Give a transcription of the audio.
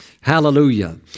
Hallelujah